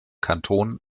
kanton